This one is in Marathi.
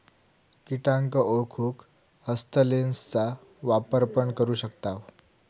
किटांका ओळखूक हस्तलेंसचा वापर पण करू शकताव